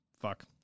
Fuck